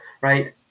right